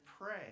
pray